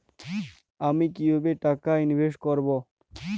আমি কিভাবে টাকা ইনভেস্ট করব?